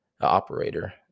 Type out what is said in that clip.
operator